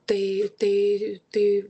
tai tai tai